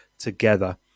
together